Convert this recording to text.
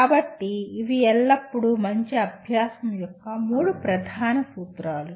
కాబట్టి ఇవి ఎల్లప్పుడూ మంచి అభ్యాసం యొక్క మూడు ప్రధాన సూత్రాలు